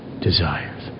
desires